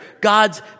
God's